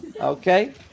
okay